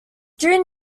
during